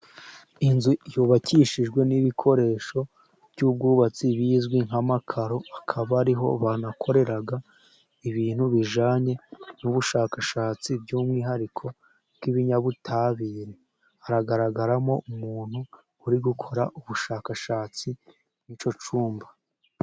Inzu yubakishijwe n'ibikoresho by'ubwubatsi bizwi nka makaro, akaba ariho banakorera ibintu bijyanye n'ubushakashatsi by'umwihariko bw'ibinyabutabire, haragaragaramo umuntu uri gukora ubushakashatsi muri icyo cyumba.